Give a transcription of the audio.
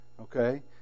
okay